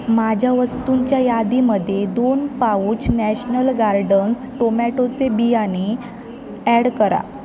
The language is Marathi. माझ्या वस्तूंच्या यादीमध्ये दोन पाउच नॅशनल गार्डन्स टोमॅटोचे बियाणे ॲड करा